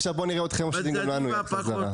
עכשיו בוא נראה אתכם מושיטים לנו יד בחזרה.